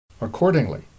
Accordingly